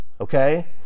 Okay